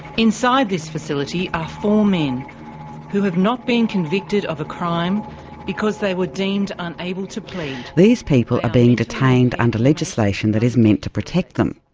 inside this facility are four men who have not been convicted of a crime because they were deemed unable to plead. these people are being detained under legislation that is meant to protect them.